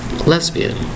lesbian